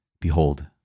Behold